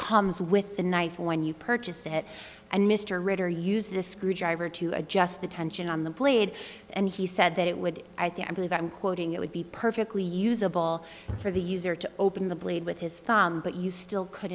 comes with the knife when you purchase it and mr ritter used the screwdriver to adjust the tension on the blade and he said that it would i think i believe i'm quoting it would be perfectly usable for the user to open the blade with his thumb but you still could